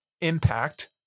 impact